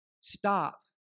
stop